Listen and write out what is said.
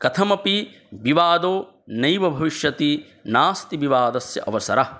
कथमपि विवादो नैव भविष्यति नास्ति विवादस्य अवसरः